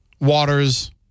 Waters